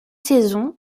saisons